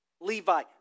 Levi